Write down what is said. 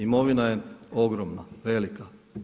Imovina je ogromna, velika.